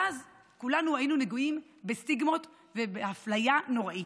ואז כולנו היינו נגועים בסטיגמות ובאפליה נוראית.